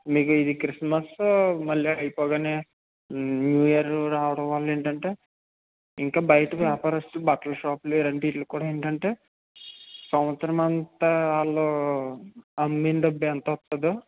మీకిది Christmas మళ్ళీ అయిపోగానే new year రావటం వలన ఏంటంటే ఇంక బయట వ్యాపారస్తులు బట్టల షాపులు ఇలాంటి వీటిలి కూడా ఏంటంటే సంవత్సరం అంతా వాళ్ళు అమ్మిన డబ్బు ఎంత వస్తుందో